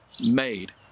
made